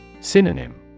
Synonym